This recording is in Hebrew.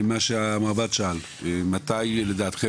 מה שהמרב"ד שאל, מתי לדעתכם